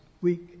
week